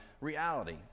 reality